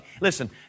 listen